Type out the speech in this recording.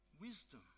Wisdom